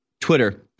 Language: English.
Twitter